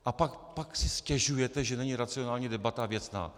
A pak si stěžujete, že není racionální debata a věcná.